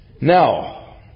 Now